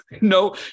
No